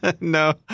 No